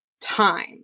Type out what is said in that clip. time